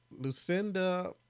Lucinda